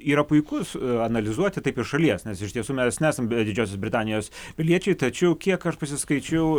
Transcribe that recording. yra puikus analizuoti taip iš šalies nes iš tiesų mes nesam didžiosios britanijos piliečiai tačiau kiek aš pasiskaičiau